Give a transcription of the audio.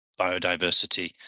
biodiversity